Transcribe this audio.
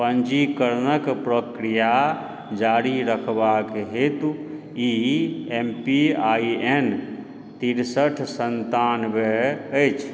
पञ्जीकरणके प्रक्रिआ जारी रखबाके हेतु E M P I N तिरसठि सन्तानबे अछि